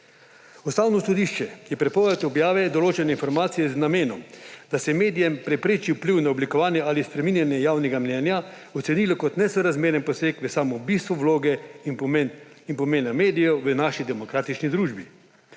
Ustavno sodišče je prepoved objave določenih informacij z namenom, da se medijem prepreči vpliv na oblikovanje ali spreminjanje javnega mnenja, ocenilo kot nesorazmeren poseg v samo bistvo vloge in pomena medijev v naši demokratični družbi.